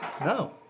No